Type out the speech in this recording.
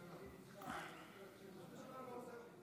על החזון ועל המעש שלו בנושא הגיור.